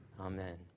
Amen